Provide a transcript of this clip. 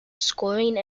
scoring